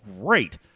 great